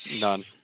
None